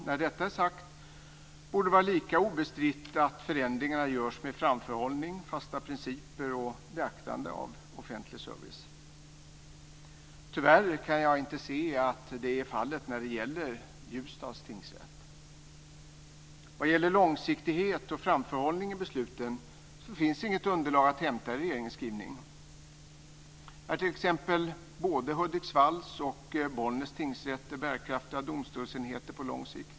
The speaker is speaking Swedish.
När detta är sagt borde det vara lika obestritt att förändringarna görs med framförhållning, fasta principer och beaktande av offentlig service. Tyvärr kan jag inte se att det är fallet när det gäller Ljusdals tingsrätt. Vad gäller långsiktighet och framförhållning i besluten finns inget underlag att hämta i regeringens skrivning. Är t.ex. både Hudiksvalls och Bollnäs tingsrätter bärkraftiga domstolsenheter på lång sikt?